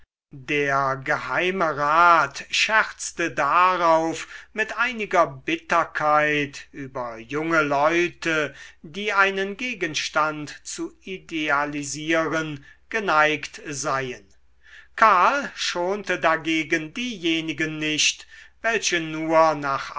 der geheimerat scherzte darauf mit einiger bitterkeit über junge leute die einen gegenstand zu idealisieren geneigt seien karl schonte dagegen diejenigen nicht welche nur nach